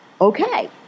okay